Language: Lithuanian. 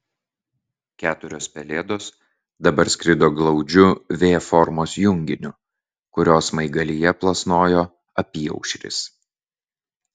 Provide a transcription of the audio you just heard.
keturios pelėdos dabar skrido glaudžiu v formos junginiu kurio smaigalyje plasnojo apyaušris